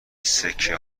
سکه